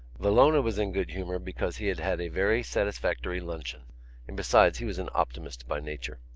villona was in good humour because he had had a very satisfactory luncheon and besides he was an optimist by nature.